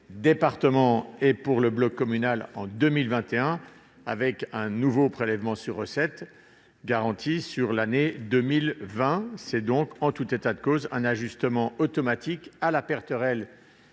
départements et pour le bloc communal en 2021, avec un nouveau prélèvement sur recettes garanti sur l'année 2020. Il s'agit donc d'un ajustement automatique à la perte réelle